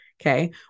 okay